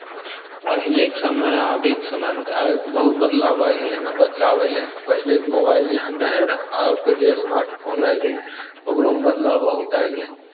पहिलेके समय आ अभीके समयमे तऽ आइ बहुत बदलाव आ गेलै हन बदलाव अयलै हन पहिलेके मोबाइल जेहन रहैत रहय आबके जे स्मार्ट फोन आबि गेलै ओकरोमे बदलाव बहुत आबि गेलै हन